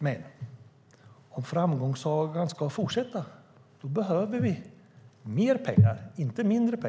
Men om framgångssagan ska fortsätta behövs det mer pengar, inte mindre.